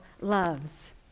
loves